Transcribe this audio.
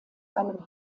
einem